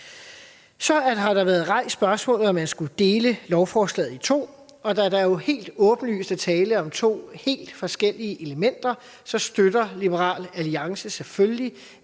Så har der været rejst et spørgsmål om, om man skulle dele lovforslaget i to. Da der helt åbenlyst er tale om to helt forskellige elementer, støtter Liberal Alliance selvfølgelig,